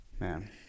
man